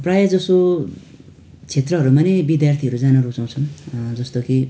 प्रायः जसो क्षेत्रहरूमा नै विद्यार्थीहरू जान रुचाउँछन् जस्तो कि